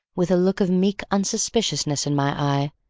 with a look of meek unsuspiciousness in my eye,